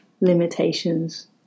limitations